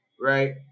right